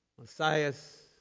Messias